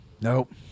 Nope